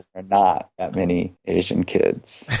ah not that many asian kids.